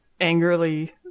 angrily